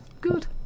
Good